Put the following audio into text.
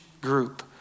group